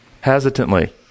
hesitantly